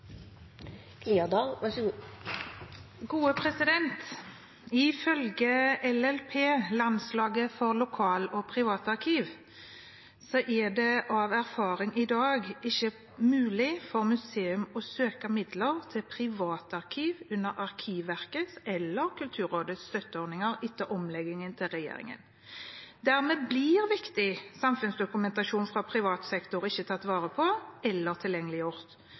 det av erfaring i dag ikke mulig for museer å søke om midler til privatarkiv under Arkivverkets eller Kulturrådets støtteordninger etter omleggingen til regjeringen. Dermed blir viktig samfunnsdokumentasjon fra privat sektor ikke tatt vare på eller tilgjengeliggjort,